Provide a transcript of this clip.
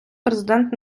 президент